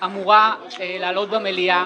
אמורה לעלות במליאה